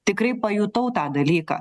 tikrai pajutau tą dalyką